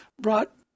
brought